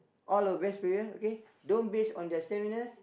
all our best player okay don't best on their stamina